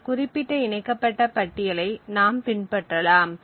இந்த குறிப்பிட்ட இணைக்கப்பட்ட பட்டியலை நாம் பின்பற்றலாம்